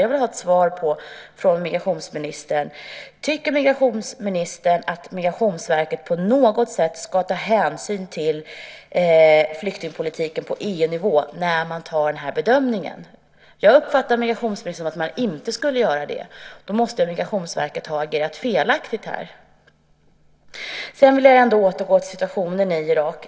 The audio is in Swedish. Jag vill ha ett svar från migrationsministern: Tycker migrationsministern att Migrationsverket på något sätt ska ta hänsyn till flyktingpolitiken på EU-nivå när man gör den här bedömningen? Jag uppfattade migrationsministern som att man inte skulle göra det. Då måste Migrationsverket ha agerat felaktigt här. Sedan vill jag återgå till situationen i Irak.